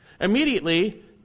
Immediately